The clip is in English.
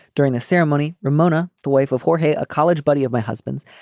during the ceremony, ramona, the wife of hawtrey, a college buddy of my husband's,